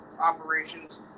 operations